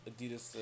Adidas